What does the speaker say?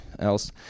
else